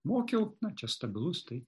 mokiau na čia stabilus tai